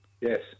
Yes